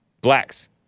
blacks